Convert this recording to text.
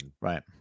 Right